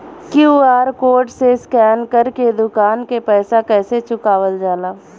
QR code से scan कर के दुकान के पैसा कैसे चुकावल जाला?